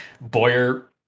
Boyer